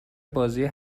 بازی